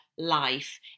life